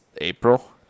April